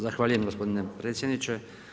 Zahvaljujem gospodine predsjedniče.